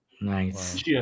Nice